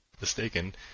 mistaken